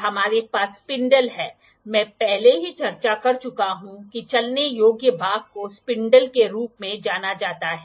हमारे पास स्पिंडल है मैं पहले ही चर्चा कर चुका हूं कि चलने योग्य भाग को स्पिंडल के रूप में जाना जाता है